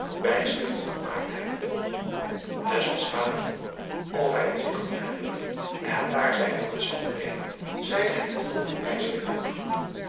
bijschriften gemaakt heb vroeg of hij het zich kon herinneren en daar zij door het zand reden zeide hij het volgende bijschrift op